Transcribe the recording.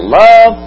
love